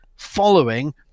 following